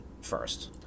first